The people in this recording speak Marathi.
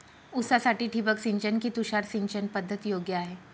ऊसासाठी ठिबक सिंचन कि तुषार सिंचन पद्धत योग्य आहे?